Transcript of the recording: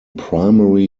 primary